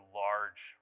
large